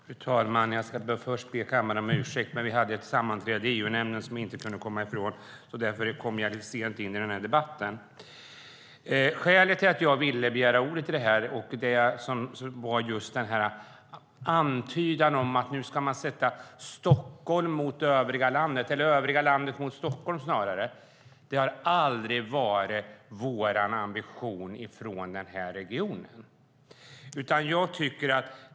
Fru talman! Jag ska först be kammaren om ursäkt. Vi hade ett sammanträde i EU-nämnden som jag inte kunde komma ifrån, och därför kommer jag lite sent in i den här debatten. Skälet till att jag begärde ordet var just denna antydan om att man skulle ställa Stockholm mot övriga landet eller kanske snarare övriga landet mot Stockholm. Det har aldrig varit vår ambition i den här regionen.